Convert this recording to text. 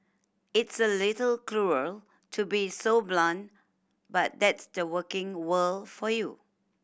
it's a little cruel to be so blunt but that's the working world for you